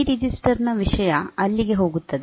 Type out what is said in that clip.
C register ನ ವಿಷಯ ಅಲ್ಲಿಗೆ ಹೋಗುತ್ತದೆ